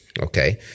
okay